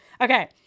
Okay